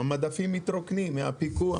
המדפים מתרוקנים מהפיקוח.